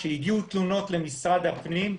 כשהגיעו תלונות למשרד הפנים,